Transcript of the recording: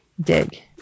dig